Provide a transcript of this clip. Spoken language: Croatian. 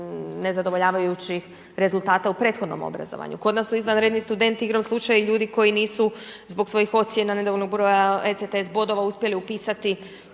nezadovoljavajućih rezultata u prethodnom obrazovanju, kod nas su izvanredni studenti igrom slučaja i ljudi koji nisu zbog svojih ocjena, nedovoljnog broja ETC bodova uspjeli upisati